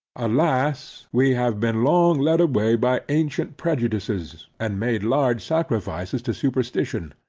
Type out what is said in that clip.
alas, we have been long led away by ancient prejudices, and made large sacrifices to superstition.